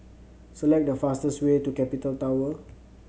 select the fastest way to Capital Tower